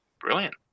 Brilliant